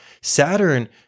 Saturn